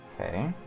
Okay